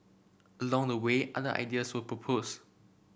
along the way other ideas were proposed